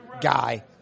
guy